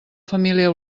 família